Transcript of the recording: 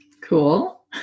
Cool